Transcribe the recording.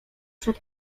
przed